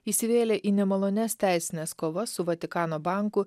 įsivėlė į nemalonias teisines kovas su vatikano banku